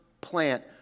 plant